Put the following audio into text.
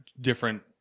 different